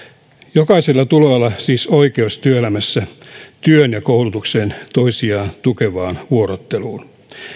jokaisella tulee siis olla oikeus työelämässä työn ja koulutuksen toisiaan tukevaan vuorotteluun